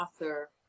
author